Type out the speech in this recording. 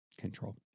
control